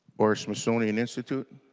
or smithsonian institute